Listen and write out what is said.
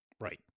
Right